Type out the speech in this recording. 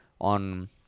on